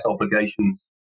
obligations